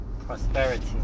prosperity